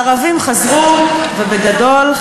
הערבים חזרו, ובגדול.